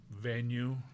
venue